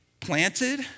planted